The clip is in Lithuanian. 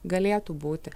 galėtų būti